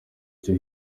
cyo